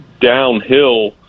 downhill